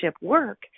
work